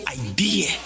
idea